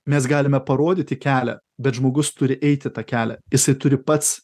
mes galime parodyti kelią bet žmogus turi eiti tą kelią jisai turi pats